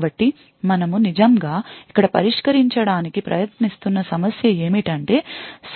కాబట్టి మనము నిజంగా ఇక్కడ పరిష్కరించడానికి ప్రయత్నిస్తున్న సమస్య ఏమిటంటే